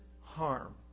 harm